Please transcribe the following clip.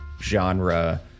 genre